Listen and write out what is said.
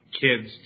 kids